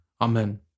Amen